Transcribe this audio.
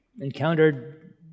encountered